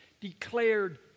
Declared